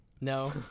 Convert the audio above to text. No